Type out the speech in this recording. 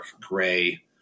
gray